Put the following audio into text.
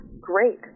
great